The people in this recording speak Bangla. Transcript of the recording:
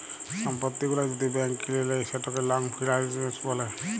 সম্পত্তি গুলা যদি ব্যাংক কিলে লেই সেটকে লং ফাইলাল্স ব্যলে